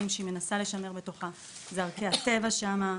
העיקריים שהיא מנסה לשמר בתוכה אלו ערכי הטבע שם.